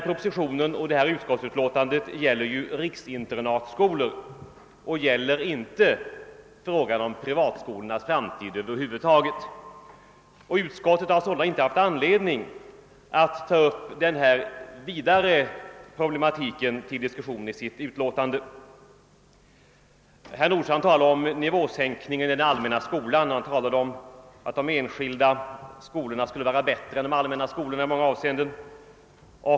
Propositionen och utskottsutlåtandet handlar om riksinternatskolor och gäller inte frågan om privatskolornas framtid över huvud taget. Utskottet har sålunda inte haft anledning att ta upp den vidare problematiken till diskussion i sitt utlåtande. Herr Nordstrandh talade om nivåsänkningen i den allmänna skolan, och han talade om att de enskilda skolorna skulle vara bättre än de allmänna skolorna i många avseenden.